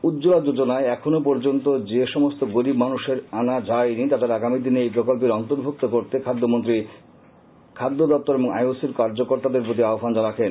উজ্বলা যোজনায় এখন পর্যন্ত যে সমস্ত গরীব মানুষের আনা যায়নি তাদের আগামীদিনে এই প্রকল্পের অন্তর্ভুক্ত করতে খাদ্যমন্ত্রী খাদ্য দপ্তর এবং আইওসির কার্যকর্তাদের প্রতি আহ্ণান রাখেন